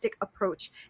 approach